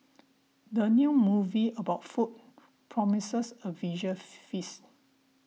the new movie about food promises a visual feast